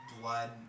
blood